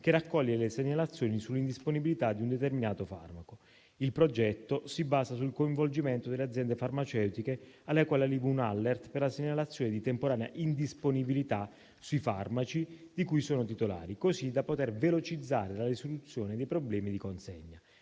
che raccoglie le segnalazioni sull'indisponibilità di un determinato farmaco. Il progetto si basa sul coinvolgimento delle aziende farmaceutiche, alle quali arriva un *alert* per la segnalazione di temporanea indisponibilità dei farmaci di cui sono titolari, così da poter velocizzare la risoluzione dei problemi di consegna.